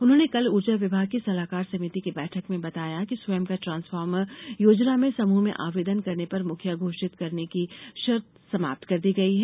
उन्होंने कल ऊर्जा विभाग की सलाहकार समिति की बैठक में बताया कि स्वयं का ट्रांसफार्मर योजना में समूह में आवेदन करने पर मुखिया घोषित करने की शर्त समाप्त कर दी गई है